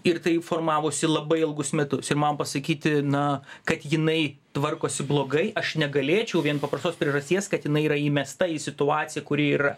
ir tai formavosi labai ilgus metus ir man pasakyti na kad jinai tvarkosi blogai aš negalėčiau vien paprastos priežasties kad jinai yra įmesta į situaciją kuri yra